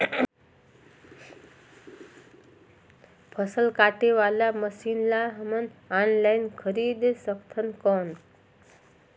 फसल काटे वाला मशीन ला हमन ऑनलाइन खरीद सकथन कौन?